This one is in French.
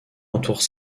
entourent